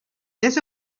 ese